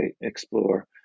explore